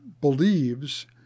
believes